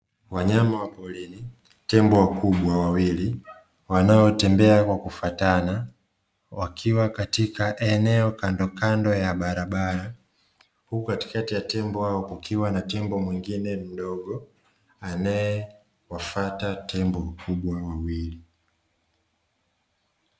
Wanyama wa porini tembo wakubwa wawili wanaotembea kwa kufuatana wakiwa katika eneo kandokando ya barabara, huku katikati ya tembo hao kukiwa na tembo mwingine mdogo anayewafuata tembo wakubwa wawili.